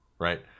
right